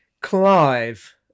Clive